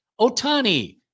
Otani